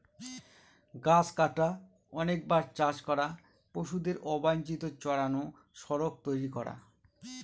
গাছ কাটা, অনেকবার চাষ করা, পশুদের অবাঞ্চিত চড়ানো, সড়ক তৈরী করা